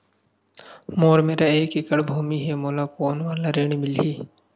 मोर मेर एक एकड़ भुमि हे मोला कोन वाला ऋण मिलही?